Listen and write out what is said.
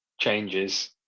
changes